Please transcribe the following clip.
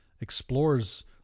explores